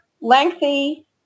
lengthy